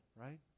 right